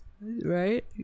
Right